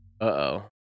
Uh-oh